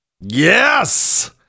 Yes